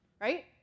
Right